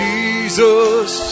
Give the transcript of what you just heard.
Jesus